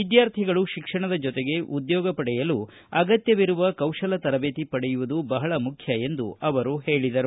ವಿದ್ವಾರ್ಥಿಗಳು ಶಿಕ್ಷಣದ ಜೊತೆಗೆ ಉದ್ಯೋಗ ಪಡೆಯಲು ಅಗತ್ತವಿರುವ ಕೌಶಲ ತರಬೇತಿ ಪಡೆಯುವುದು ಬಹಳ ಮುಖ್ಡ ಎಂದು ಅವರು ಹೇಳಿದರು